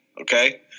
Okay